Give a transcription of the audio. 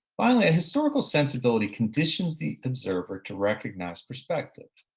finally, a historical sensibility conditions the observer to recognize perspective.